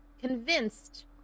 convinced